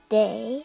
day